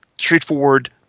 Straightforward